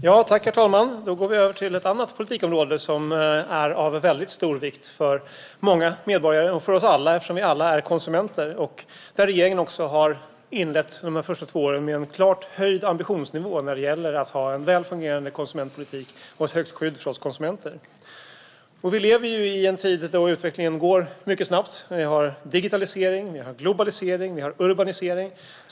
Herr talman! Då går vi över till ett annat politikområde som är av väldigt stor vikt för alla medborgare, eftersom vi alla är konsumenter. Regeringen har inlett de två första åren med en klart höjd ambitionsnivå när det gäller att ha en väl fungerande konsumentpolitik och ett högt skydd för oss konsumenter. Vi lever i en tid då utvecklingen går mycket snabbt med digitalisering, globalisering och urbanisering.